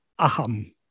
aham